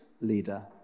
leader